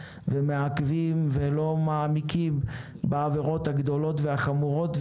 מעכבים ולא מעמיקים בעבירות הגדולות והחמורות.